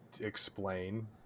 explain